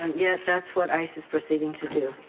yes, that's what ice is proceeding to do.